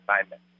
assignment